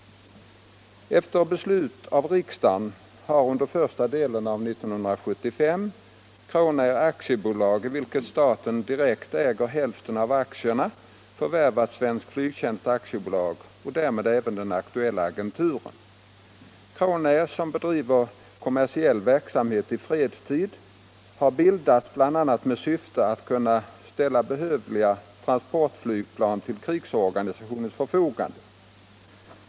Efter beslut av riksdagen har under första delen av 1975 Crownair, i vilket staten direkt äger hälften av aktierna, förvärvat Svensk Flygtjänst AB och därmed även den aktuella agenturen. Crownair, som bedriver kommersiell verksamhet i fredstid, har bildats bl.a. med syfte att kunna ställa behövliga transportflygplan till krigsorganisationens förfogande.